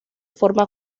forma